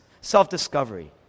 self-discovery